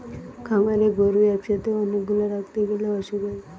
খামারে গরু একসাথে অনেক গুলা রাখতে গ্যালে অসুখ হয়